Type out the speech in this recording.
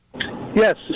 yes